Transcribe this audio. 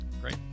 Great